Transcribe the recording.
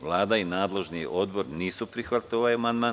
Vlada i nadležni odbor nisu prihvatili amandman.